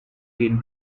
been